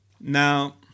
Now